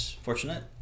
fortunate